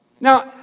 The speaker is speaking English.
Now